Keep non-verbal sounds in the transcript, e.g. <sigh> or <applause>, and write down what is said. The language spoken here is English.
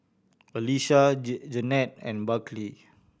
Elisha <unintelligible> Jeannette and Berkley